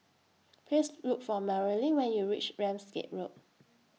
Please Look For Maryann when YOU REACH Ramsgate Road